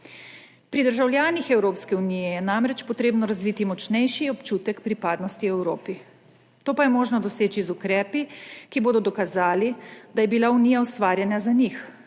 Pri državljanih Evropske unije je namreč treba razviti močnejši občutek pripadnosti Evropi, to pa je možno doseči z ukrepi, ki bodo dokazali, da je bila Unija ustvarjena za njih,